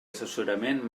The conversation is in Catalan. assessorament